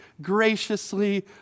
graciously